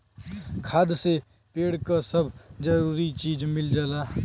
खाद से पेड़ क सब जरूरी चीज मिल जाला